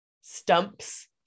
stumps